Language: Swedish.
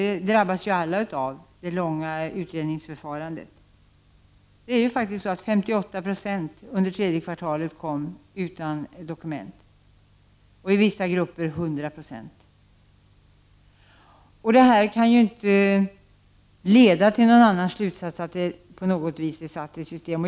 Det långa utrednings 20 november 1989 förfarandet drabbas alla av. Faktum är att 58 96 av de flyktingar som kom till. 7 Sverige under tredje kvartalet inte hade några dokument. I vissa grupper var denna siffra 100 26. Detta kan ju inte leda till någon annan slutsats än att denna dokumentlöshet är satt i system.